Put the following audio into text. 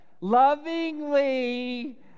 Lovingly